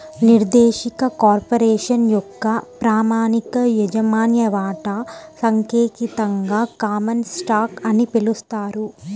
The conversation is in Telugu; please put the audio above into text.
నిర్దేశిత కార్పొరేషన్ యొక్క ప్రామాణిక యాజమాన్య వాటా సాంకేతికంగా కామన్ స్టాక్ అని పిలుస్తారు